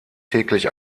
täglich